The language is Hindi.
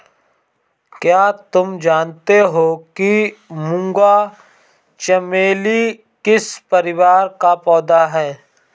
क्या तुम जानते हो कि मूंगा चमेली किस परिवार का पौधा है?